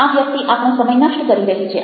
આ વ્યક્તિ આપણો સમય નષ્ટ કરી રહી છે